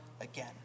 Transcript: again